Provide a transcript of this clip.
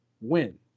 win